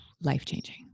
life-changing